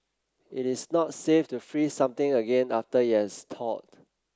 it is not safe to freeze something again after it has thawed